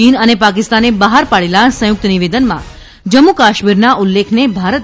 ચીન અને પાકિસ્તાને બહાર પાડેલા સંયુક્ત નિવેદનમાં જમ્મુ કાશ્મીરના ઉલ્લેખને ભારતે